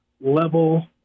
level